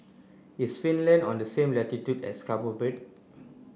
is Finland on the same latitude as Cabo Verde